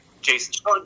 Jason